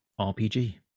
RPG